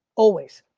always?